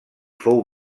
fou